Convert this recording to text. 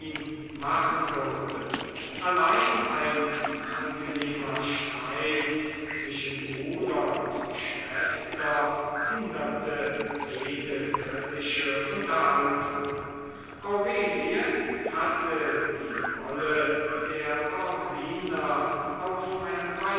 machen würde allein ein unangenehmer streit zwischen bruder und schwester hinderte jede kritische unterhaltung aurelie hatte die rolle der orsina auf eine